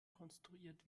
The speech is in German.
konstruiert